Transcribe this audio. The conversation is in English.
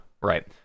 right